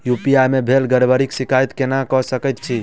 UPI मे भेल गड़बड़ीक शिकायत केना कऽ सकैत छी?